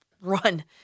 run